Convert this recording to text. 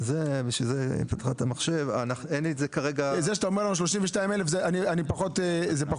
זה שאתה אומר לנו 32 אלף זה פחות מעניין,